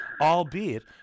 albeit